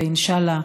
ואינשאללה,